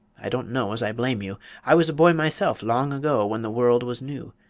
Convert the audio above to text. i don't know as i blame you. i was a boy myself, long ago, when the world was new.